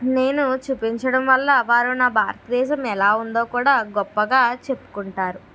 నేను చూపించడం వల్ల వారు నా భారతదేశం ఎలా ఉందో కూడా గొప్పగా చెప్పుకుంటారు